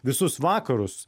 visus vakarus